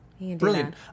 brilliant